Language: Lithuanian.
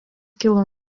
kilo